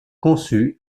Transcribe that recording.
conçus